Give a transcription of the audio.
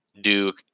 Duke